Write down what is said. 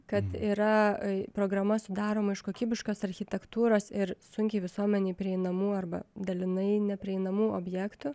kad yra programa sudaroma iš kokybiškos architektūros ir sunkiai visuomenei prieinamų arba dalinai neprieinamų objektų